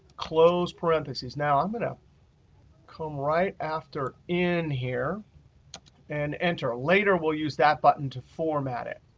close parentheses. now i'm going to come right after in here and enter. later we'll use that button to format it.